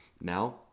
now